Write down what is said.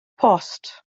post